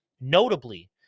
notably